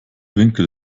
winkel